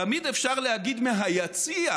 תמיד אפשר להגיד מה'יציע'"